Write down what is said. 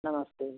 नमस्ते